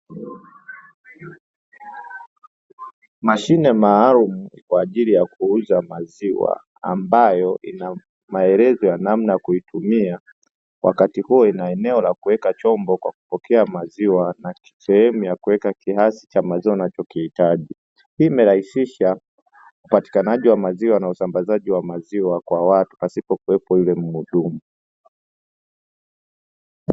Mashine maalumu kwa ajili ya kuuza maziwa; ambayo ina maelezo ya namna ya kuitumia wakati huo ina eneo la kuweka chombo kwa kupokea maziwa, na sehemu ya kuweka kiasi cha maziwa unachokihitaji. Hii imerahisisha upatikanaji wa maziwa na usambazaji wa maziwa kwa watu, pasipo kuwepo yule mhudumu.